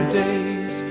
days